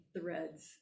threads